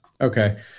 Okay